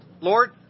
Lord